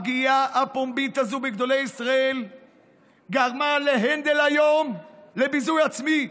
הפגיעה הפומבית הזו בגדולי ישראל גרמה להנדל היום לביזוי עצמי.